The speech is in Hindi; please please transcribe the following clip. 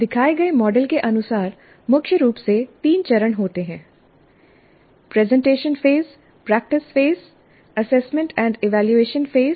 दिखाए गए मॉडल के अनुसार मुख्य रूप से तीन चरण होते हैं presentation phase practice phase assessment और इवैल्यूएशन फेस